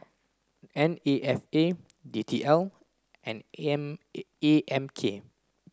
N A F A D T L and A A M K